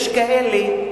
יש כאלה,